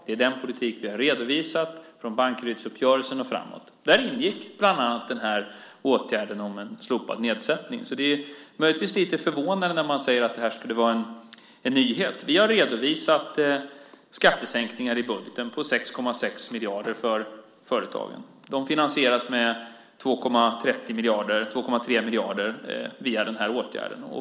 Det är den politik vi har redovisat från Bankerydsuppgörelsen och framåt. Där ingick bland annat åtgärden om en slopad nedsättning. Det är möjligtvis lite förvånande att man säger att det här skulle vara en nyhet. Vi har redovisat skattesänkningar i budgeten på 6,6 miljarder för företagen. De finansieras med 2,3 miljarder via den här åtgärden.